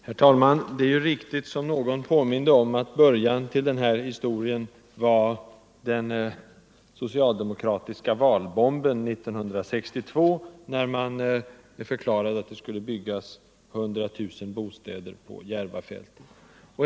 Herr talman! Det är riktigt som någon påminde om att början till den här historien var den socialdemokratiska ”valbomben” 1962, när man förklarade att det skulle byggas bostäder för 100 000 människor på Järvafältet.